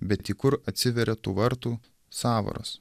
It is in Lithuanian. bet į kur atsiveria tų vartų sąvaros